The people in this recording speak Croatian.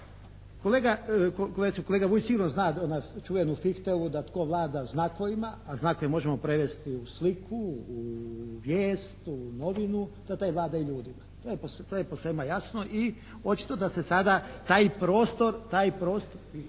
kolega Vujić sigurno zna čuvenu Fiftevu da tko vlada znakovima, a znakove možemo prevesti u sliku, u vijest, u novinu, da taj vlada i ljudima. To je posvema jasno i očito da se sada taj prostor,